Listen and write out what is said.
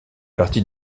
partie